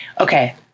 Okay